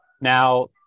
Now